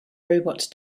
robot